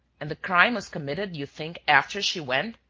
and the crime was committed, you think, after she went?